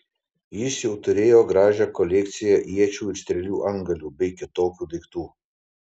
jis jau turėjo gražią kolekciją iečių ir strėlių antgalių bei kitokių daiktų